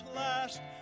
last